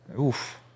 Oof